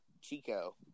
Chico